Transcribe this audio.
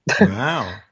wow